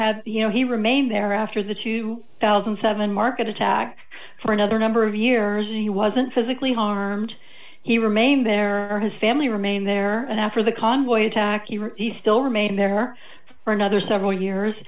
have you know he remained there after the two thousand and seven market attack for another number of years and he wasn't physically harmed he remained there or his family remained there and after the convoy attack you were still remained there for another several years